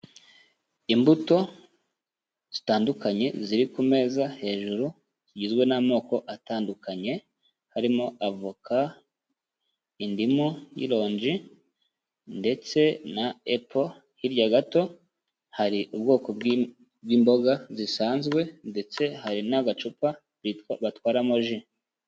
Imbuto zitandukanye ziri ku meza hejuru zigizwe n'amoko atandukanye, harimo : avoka, indimu y'ironji, ndetse na epo, hirya gato hari ubwoko bw'imboga zisanzwe ndetse hari n'agacupa batwaramo ji.